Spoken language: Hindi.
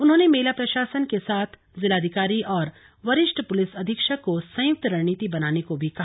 उन्होने मेला प्रशासन के साथ जिलाधिकारी और वरिष्ठ पुलिस अधीक्षक को संयुक्त रणनीति बनाने को भी कहा